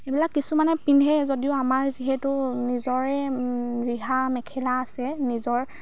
সেইবিলাক কিছুমানে পিন্ধে যদিও আমাৰ যিহেতু নিজৰে ৰিহা মেখেলা আছে নিজৰ